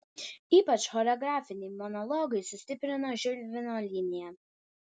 ypač choreografiniai monologai sustiprino žilvino liniją